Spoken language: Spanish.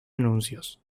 anuncios